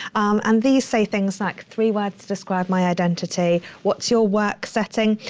and these say things like three words to describe my identity, what's your work setting,